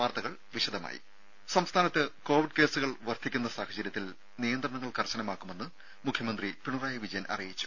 വാർത്തകൾ വിശദമായി സംസ്ഥാനത്ത് കോവിഡ് കേസുകൾ വർധിക്കുന്ന സാഹചര്യത്തിൽ നിയന്ത്രണങ്ങൾ കർശനമാക്കുമെന്ന് മുഖ്യമന്ത്രി പിണറായി വിജയൻ അറിയിച്ചു